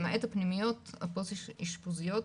למעט הפנימיות הפוסט אשפוזיות,